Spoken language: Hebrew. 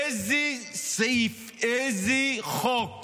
איזה סעיף, איזה חוק